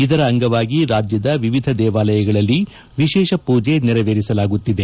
ಇದರ ಅಂಗವಾಗಿ ರಾಜ್ಯದ ವಿವಿಧ ದೇವಾಲಯಗಳಲ್ಲಿ ವಿಶೇಷ ಪೂಜೆ ನೆರವೇರಿಸಲಾಗುತ್ತಿದೆ